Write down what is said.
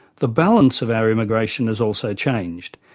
the balance of our immigration has also changed,